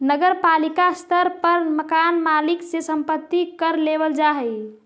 नगर पालिका के स्तर पर मकान मालिक से संपत्ति कर लेबल जा हई